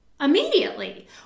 immediately